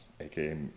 aka